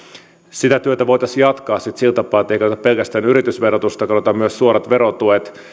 sitä työtä voitaisiin jatkaa sillä tapaa ettei käytetä pelkästään yritysverotusta katsotaan myös suorat verotuet